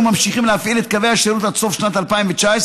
ממשיכים להפעיל את קווי השירות עד סוף שנת 2019,